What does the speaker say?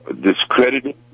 discredited